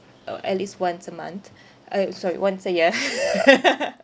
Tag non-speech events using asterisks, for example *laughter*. orh at least once a month uh sorry once a year *laughs*